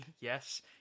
Yes